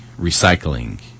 recycling